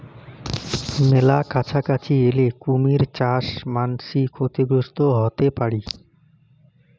মেলা কাছাকাছি এলে কুমীর চাস মান্সী ক্ষতিগ্রস্ত হতে পারি